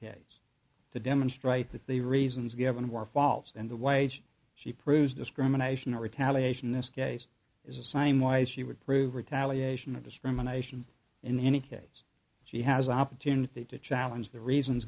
case to demonstrate that the reasons given were false and the wage she proves discrimination or retaliation this case is the same way she would prove retaliation of discrimination in any case she has an opportunity to challenge the reasons